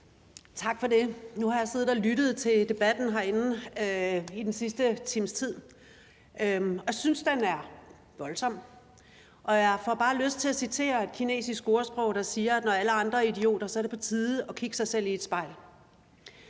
Tak for det. Nu har jeg siddet og lyttet til debatten herinde i den sidste times tid, og jeg synes, den er voldsom. Jeg får bare lyst til at citere et kinesisk ordsprog, der siger, at når alle andre er idioter, er det på tide at kigge sig selv i et spejl.